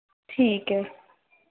ठीक ऐ